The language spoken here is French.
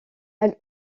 elle